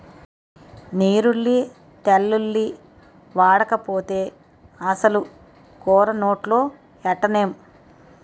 నీరుల్లి తెల్లుల్లి ఓడకపోతే అసలు కూర నోట్లో ఎట్టనేం